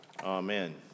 Amen